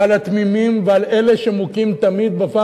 ועל התמימים ועל אלה שמוכים תמיד בפעם